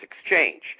exchange